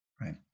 right